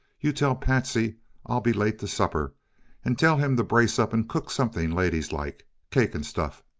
you tell patsy i'll be late to supper and tell him to brace up and cook something ladies like cake and stuff.